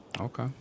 Okay